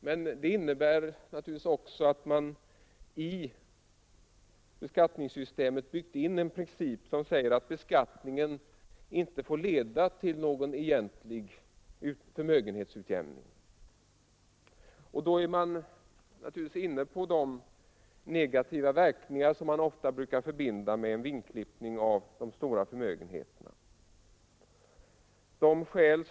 Men det innebär naturligtvis också att man i beskattningssystemet byggt in en princip som säger att beskattningen inte får leda till någon egentlig förmögenhets utjämning. Därmed är vi inne på de negativa verkningar som man ofta brukar förbinda med en vingklippning av de stora förmögenheterna.